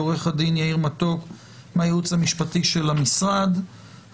עו"ד יאיר מתוק מהייעוץ המשפטי של המשרד לביטחון פנים.